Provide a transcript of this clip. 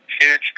Huge